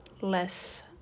less